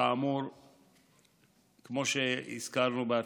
כמו שהזכרנו בהתחלה.